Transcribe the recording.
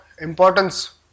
importance